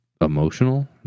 emotional